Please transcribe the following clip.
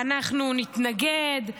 ואנחנו נתנגד.